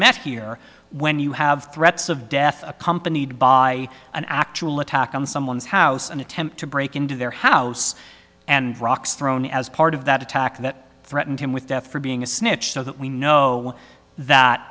met here when you have threats of death accompanied by an actual attack on someone's house an attempt to break into their house and rocks thrown as part of that attack that threatened him with death for being a snitch so that we know that